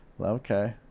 Okay